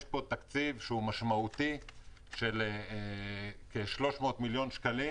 יש פה תקציב שהוא משמעותי של כ-300 מיליון שקלים